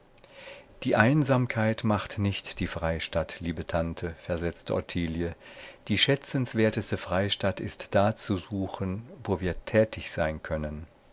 die einsamkeit macht nicht die freistatt liebe tante versetzte ottilie die schätzenswerteste freistatt ist da zu suchen wo wir tätig sein können